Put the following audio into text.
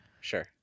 Sure